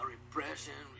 Repression